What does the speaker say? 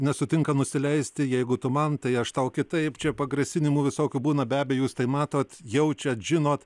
nesutinka nusileisti jeigu tu man tai aš tau kitaip čia pagrasinimų visokių būna be abejo jūs tai matot jaučiat žinot